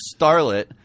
starlet